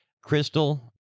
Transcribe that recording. Crystal